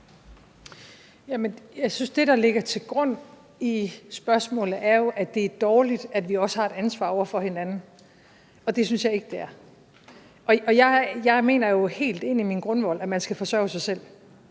det, der ligger til grund for spørgsmålet, jo er, at det er dårligt, at vi også har et ansvar over for hinanden – og det synes jeg ikke det er. Og jeg mener jo helt ind i min grundvold, at man skal forsørge sig selv,